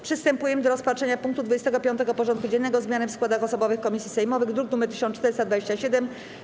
Przystępujemy do rozpatrzenia punktu 25. porządku dziennego: Zmiany w składach osobowych komisji sejmowych (druk nr 1427)